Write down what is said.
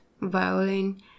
violin